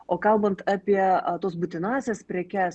o kalbant apie tuos būtinąsias prekes